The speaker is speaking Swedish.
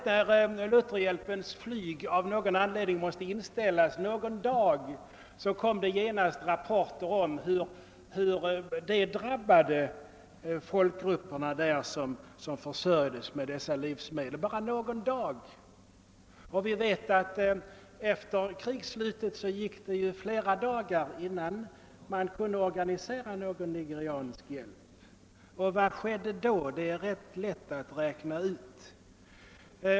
När Lutherhjälpens flygningar av någon anledning måste inställas någon dag kom det genast rapporter om hur detta drabbade folkgrupperna som hade sin försörjning från dessa transporter. Vi vet också att det efter krigets slut gick flera dagar innan någon nigeriansk hjälp kunde organiseras, och vad som skedde då är lätt att räkna ut.